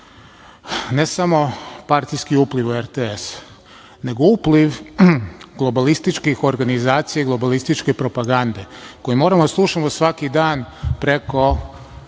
ne samo partijski upliv u RTS, nego upliv globalističkih organizacija i globalističke propagande, koji moramo da slušamo svaki dan preko